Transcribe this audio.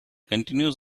continues